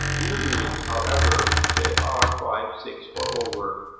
usually, however, they are five, six, or over.